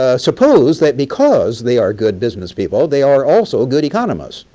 ah suppose that because they are good business people, they are also ah good economists.